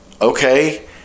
okay